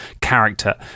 character